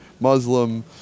Muslim